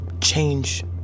change